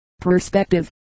perspective